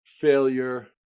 failure